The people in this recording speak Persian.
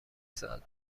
ساعت